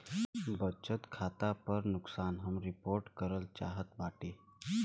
बचत खाता पर नुकसान हम रिपोर्ट करल चाहत बाटी